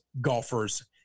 golfers